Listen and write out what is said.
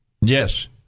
Yes